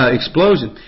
explosion